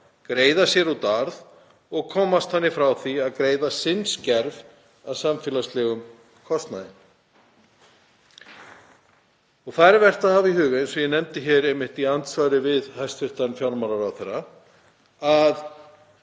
greiða sér út arð og komast þannig hjá því að greiða sinn skerf af samfélagslegum kostnaði. Það er vert að hafa í huga, eins og ég nefndi einmitt í andsvari við hæstv. fjármálaráðherra, að